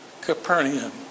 Capernaum